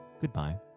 goodbye